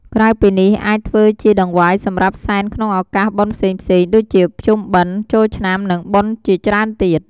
ក្រៅពីនេះអាចធ្វើជាដង្វាយសម្រាប់សែនក្នុងឧកាសបុណ្យផ្សេងៗ ដូចជាភ្ជុំបិណ្ឌ ចូលឆ្នាំនិងបុណ្យជាច្រើនទៀត